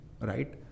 right